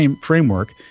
framework